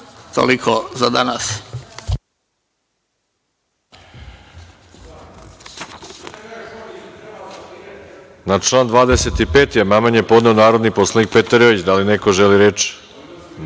Toliko za danas.